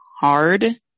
hard